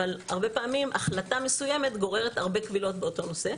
אבל הרבה פעמים החלטה מסוימת גוררת הרבה קבילות באותו נושא,